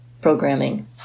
programming